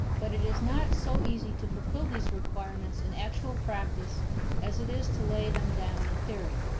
but it is not so easy to fulfill these requirements in actual practice as it is to lay them down in theory.